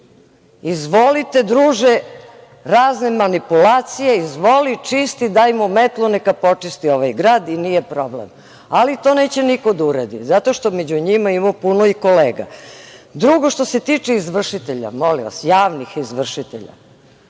zašto. Izvolite, druže, razne manipulacije, izvoli čisti, daj mu metlu, neka počisti ovaj grad i nije problem, ali to neće niko da uradi zato što među njima ima puno i kolega. Drugo, što se tiče izvršitelja, molim vas, javnih izvršitelja,